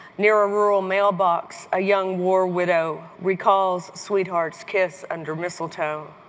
near a rural mailbox, a young war widow recalls sweetheart's kiss under mistletoe.